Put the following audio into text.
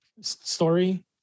story